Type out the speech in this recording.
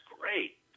great